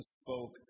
spoke